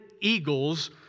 Eagles